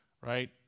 right